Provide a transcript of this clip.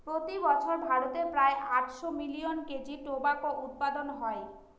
প্রতি বছর ভারতে প্রায় আটশো মিলিয়ন কেজি টোবাকো উৎপাদন হয়